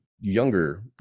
younger